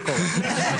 מה קרה?